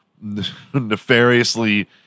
nefariously